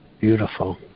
Beautiful